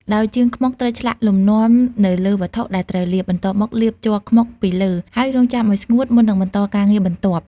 ដោយជាងខ្មុកត្រូវឆ្លាក់លំនាំនៅលើវត្ថុដែលត្រូវលាប បន្ទាប់មកលាបជ័រខ្មុកពីលើ ហើយរង់ចាំឱ្យស្ងួត មុននឹងបន្តការងារបន្ទាប់។